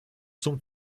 zum